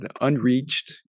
unreached